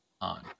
on